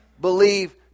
Believe